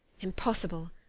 Impossible